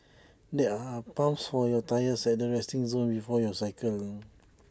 there are pumps for your tyres at the resting zone before you cycle